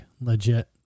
legit